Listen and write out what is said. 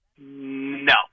No